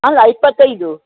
ಅಲ್ಲ ಇಪ್ಪತ್ತೈದು